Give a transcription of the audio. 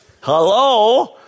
Hello